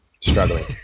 Struggling